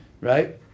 right